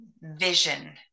vision